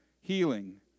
Healing